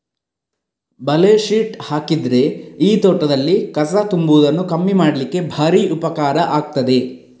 ಬಲೆ ಶೀಟ್ ಹಾಕಿದ್ರೆ ಈ ತೋಟದಲ್ಲಿ ಕಸ ತುಂಬುವುದನ್ನ ಕಮ್ಮಿ ಮಾಡ್ಲಿಕ್ಕೆ ಭಾರಿ ಉಪಕಾರ ಆಗ್ತದೆ